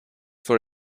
for